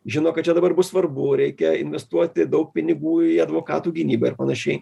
žino kad čia dabar bus svarbu reikia investuoti daug pinigų į advokatų gynybą ir panašiai